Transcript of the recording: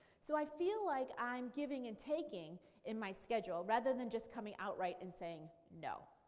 so i feel like i'm giving and taking in my schedule rather than just coming outright and saying no.